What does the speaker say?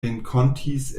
renkontis